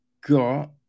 got